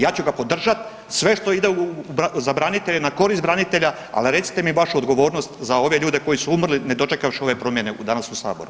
Ja ću ga podržat, sve što ide za branitelje, na korist branitelja, ali recite mi vašu odgovornost za ove ljude koji su umrli, ne dočekavši ove promjene danas u Saboru.